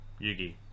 Yugi